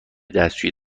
دستشویی